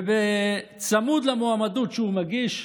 וצמוד למועמדות שהוא מגיש,